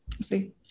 See